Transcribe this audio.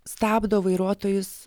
stabdo vairuotojus